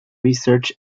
research